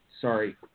sorry